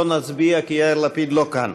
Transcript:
לא נצביע כי יאיר לפיד לא כאן.